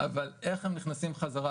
אבל איך הם נכנסים חזרה,